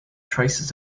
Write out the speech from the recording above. traces